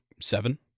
seven